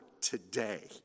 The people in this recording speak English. today